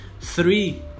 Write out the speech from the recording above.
three